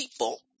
people